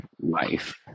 life